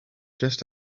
just